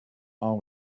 are